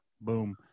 Boom